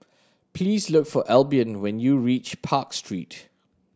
please look for Albion when you reach Park Street